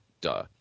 Duh